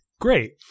great